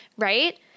Right